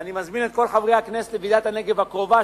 ואני מזמין את כל חברי הכנסת לוועידת הנגב הקרובה,